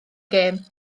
gêm